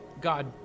God